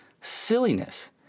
silliness